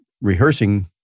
rehearsing